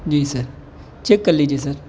جی sir check کر لیجیے سر